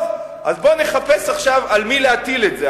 טוב, אז בוא נחפש עכשיו על מי להטיל את זה.